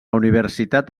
universitat